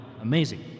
Amazing